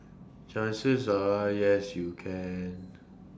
chances are yes you can